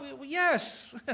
Yes